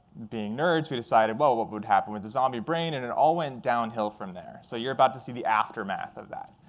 being nerds, we decided, well, what would happen with the zombie brain? and it all went downhill from there so you're about to see the aftermath of that.